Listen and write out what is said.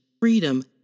freedom